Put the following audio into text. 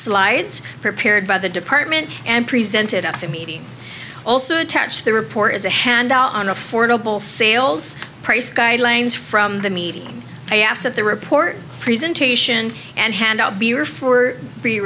slides prepared by the department and presented at the meeting also attached the report is a handle on affordable sales price guidelines from the meeting i asked at the report presentation and hand out beer for